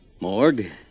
Morgue